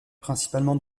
principalement